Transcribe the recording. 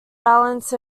balanced